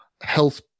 health